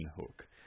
hook